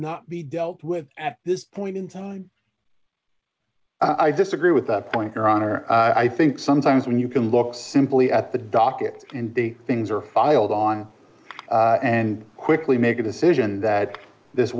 not be dealt with at this point in time i disagree with that point your honor i think sometimes when you can look simply at the docket and the things are filed on and quickly make a decision that this